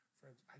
Friends